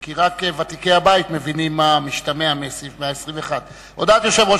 כי רק ותיקי הבית מבינים מה משתמע מסעיף 121. הודעת יושב-ראש